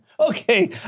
Okay